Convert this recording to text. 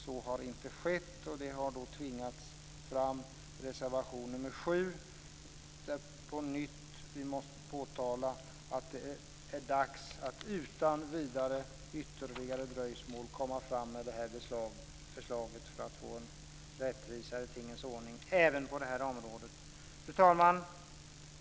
Så har inte skett, och det har tvingat fram reservation 7, där vi på nytt måste påtala att det är dags att utan ytterligare dröjsmål komma fram med det här förslaget för att få en rättvisare tingens ordning även på det här området. Fru talman!